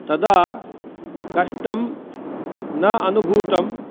तदा कष्टं न अनुभूतम्